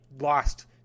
lost